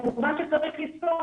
כמובן שצריך לזכור